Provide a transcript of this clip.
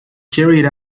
carried